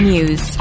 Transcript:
News